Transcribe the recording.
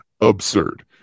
absurd